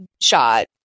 shot